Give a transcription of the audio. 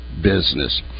business